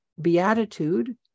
beatitude